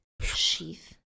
sheath